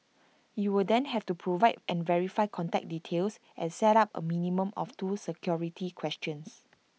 you will then have to provide and verify contact details and set up A minimum of two security questions